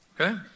Okay